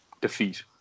defeat